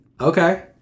Okay